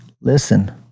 listen